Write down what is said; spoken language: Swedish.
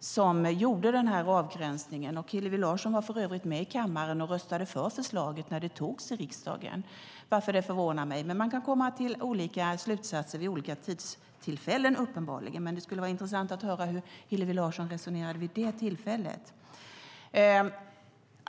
som gjorde denna avgränsning, och Hillevi Larsson var med i kammaren och röstade för förslaget när det togs i riksdagen. Därför förvånar det mig. Man kan uppenbarligen komma till olika slutsatser vid olika tillfällen, men det skulle vara intressant att höra hur Hillevi Larsson resonerade vid det tillfället.